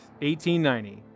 1890